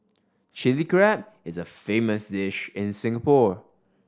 Chilli Crab is a famous dish in Singapore